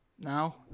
Now